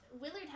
Willard